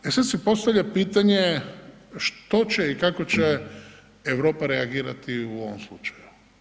E sad se postavlja pitanje, što će i kako će Europa reagirati u ovom slučaju.